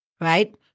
right